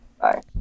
Bye